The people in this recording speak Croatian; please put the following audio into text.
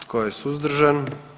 Tko je suzdržan?